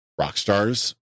Rockstar's